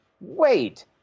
Wait